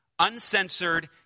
uncensored